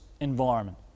environment